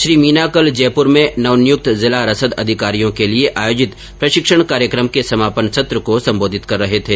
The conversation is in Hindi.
श्री मीना कल जयपुर में नवनियुक्त जिला रसद अधिकारियों के लिए आयोजित प्रशिक्षण कार्यक्षम के समापन सत्र को संबोधित कर रहे थे